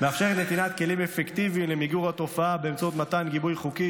-- מאפשרת נתינת כלים אפקטיביים למיגור התופעה באמצעות מתן גיבוי חוקי,